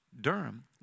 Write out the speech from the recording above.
Durham